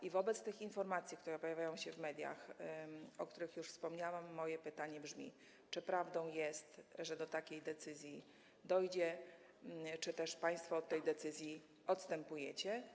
I wobec tych informacji, które pojawiają się w mediach, o których już wspomniałam, moje pytanie brzmi: Czy prawdą jest, że do takiej decyzji dojdzie, czy też państwo od tej decyzji odstępujecie?